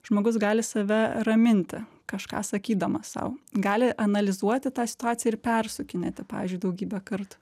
žmogus gali save raminti kažką sakydamas sau gali analizuoti tą situaciją ir persukinėti pavyzdžiui daugybę kartų